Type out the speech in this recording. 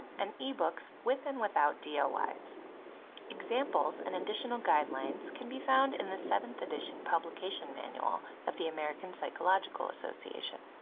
and ebooks with and without dois. examples and additional guidelines can be found in the seventh edition publication manual of the american psychological association.